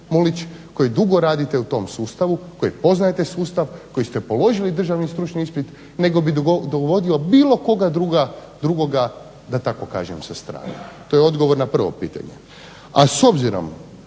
koji dugo radite u tom sustavu, koji poznajete sustav, koji ste položili državni stručni ispit, nego bih dovodio bilo koga drugoga da tako kažem sa strane. To je odgovor na prvo pitanje.